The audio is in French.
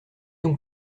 donc